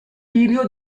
figlio